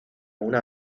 una